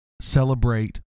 Celebrate